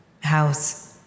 House